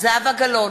זהבה גלאון,